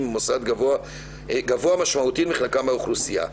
במוסד גבוה משמעותית מחלקם באוכלוסייה.